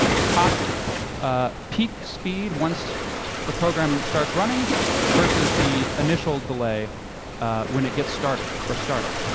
the top ah peak speed once the program starts running versus the initial delay when it gets started, or start up.